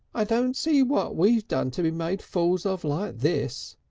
i don't see what we've done to be made fools of like this,